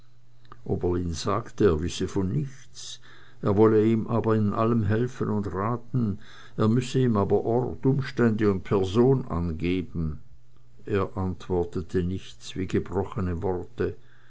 oberlin sagte er wisse von nichts er wolle ihm aber in allem helfen und raten er müsse ihm aber ort umstände und person angeben er antwortete nichts wie gebrochne worte